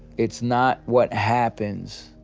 it's not what happens